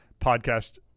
podcast